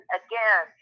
again